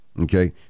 okay